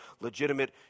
legitimate